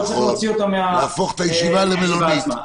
להפוך את הישיבה למלונית.